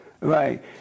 Right